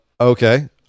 Okay